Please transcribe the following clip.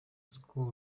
school